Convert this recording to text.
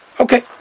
Okay